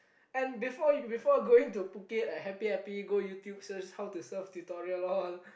and before you before going to Phuket like happy happy go YouTube search how to surf tutorial all